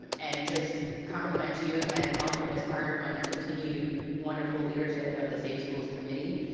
um and just compliment you, and also ms. hart on the continued wonderful leadership of the safe schools committee,